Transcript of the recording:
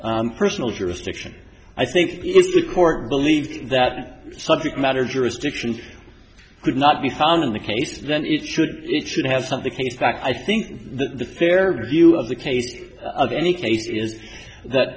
personal jurisdiction i think it is the court believed that subject matter jurisdictions could not be found in the case then it should it should have something case fact i think the their view of the case of any case is that